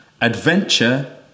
adventure